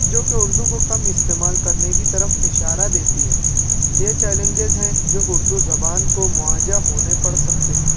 جوکہ اردو کو کم استعمال کرنے کی طرف اشارہ دیتی ہے یہ چیلنجز ہیں جو اردو زبان کو مواجہ ہونے پڑ سکتے ہیں